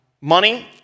Money